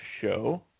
show